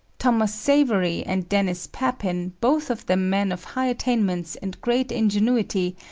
thomas savery and denis papin, both of them men of high attainments and great ingenuity,